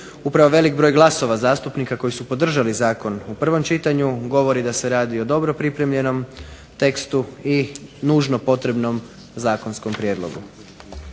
Upravo velik broj glasova zastupnika koji su podržali zakon u prvom čitanju, govori da se radi o dobro pripremljenom tekstu i nužno potrebnom zakonskom prijedlogu.